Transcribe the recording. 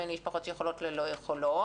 בין משפחות שיכולות ללא יכולות.